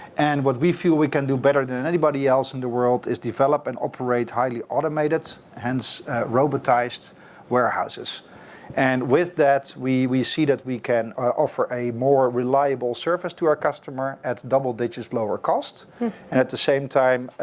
and what we feel that we can do better than anybody else in the world is develop and operate highly automated and robotized warehouses and with that, we we see that we can offer a more reliable service to our customer at double-digits lower cost, and at the same time